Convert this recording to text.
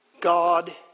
God